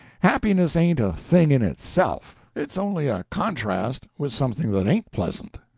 happiness ain't a thing in itself it's only a contrast with something that ain't pleasant.